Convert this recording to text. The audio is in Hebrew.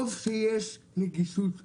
טוב שיש נגישות פיזית,